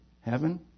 heaven